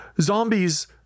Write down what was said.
zombies